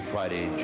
Friday